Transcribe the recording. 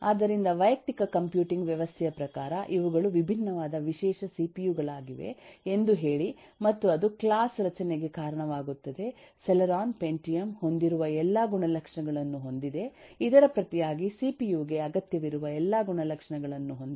ಆದ್ದರಿಂದ ವೈಯಕ್ತಿಕ ಕಂಪ್ಯೂಟಿಂಗ್ ವ್ಯವಸ್ಥೆಯ ಪ್ರಕಾರ ಇವುಗಳು ವಿಭಿನ್ನವಾದ ವಿಶೇಷ ಸಿಪಿಯು ಗಳಾಗಿವೆ ಎಂದು ಹೇಳಿ ಮತ್ತು ಅದು ಕ್ಲಾಸ್ ರಚನೆಗೆ ಕಾರಣವಾಗುತ್ತದೆ ಸೆಲೆರಾನ್ ಪೆಂಟಿಯಮ್ ಹೊಂದಿರುವ ಎಲ್ಲಾ ಗುಣಲಕ್ಷಣಗಳನ್ನು ಹೊಂದಿದೆ ಇದರ ಪ್ರತಿಯಾಗಿ ಸಿಪಿಯು ಗೆ ಅಗತ್ಯವಿರುವ ಎಲ್ಲಾ ಗುಣಲಕ್ಷಣಗಳನ್ನು ಹೊಂದಿದೆ